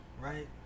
right